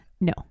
no